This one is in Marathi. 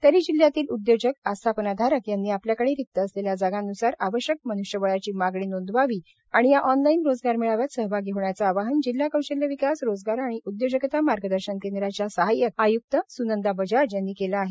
तरी जिल्ह्यातील उद्योजक आस्थापनाधारक यांनी आपल्याकडे रिक्त असलेल्या जागांन्सार आवश्यक मन्ष्यबळाची मागणी नोंदवावी आणि या ऑनलाईन रोजगार मेळाव्यात सहभागी होण्याचं आवाहन जिल्हा कौशल्य विकास रोजगार आणि उद्योजकता मार्गदर्शन केंद्राच्या सहाय्यक आय्क्त स्नंदा बजाज यांनी केलं आहे